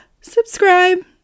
subscribe